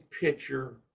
picture